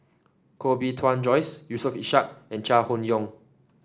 Koh Bee Tuan Joyce Yusof Ishak and Chai Hon Yoong